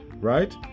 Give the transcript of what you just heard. right